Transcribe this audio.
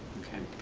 okay.